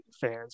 fans